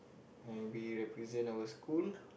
and we represent our school